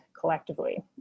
collectively